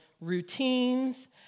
routines